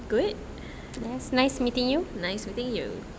nice meeting you